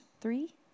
three